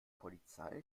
polizei